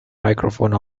microphone